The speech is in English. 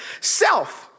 Self